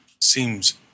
seems